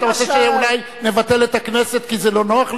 אתה רוצה שאולי נבטל את הכנסת כי זה לא נוח לך?